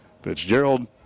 Fitzgerald